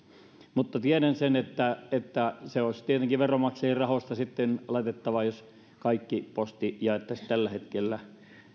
mutta tiedän sen että että se olisi tietenkin veronmaksajien rahoista sitten laitettava jos kaikki posti jaettaisiin tällä hetkellä